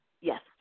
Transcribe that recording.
Yes